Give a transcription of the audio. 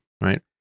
right